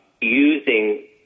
using